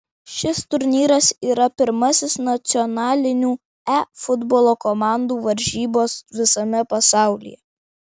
šis turnyras yra pirmasis nacionalinių e futbolo komandų varžybos visame pasaulyje